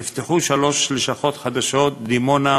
נפתחו שלוש לשכות חדשות: בדימונה,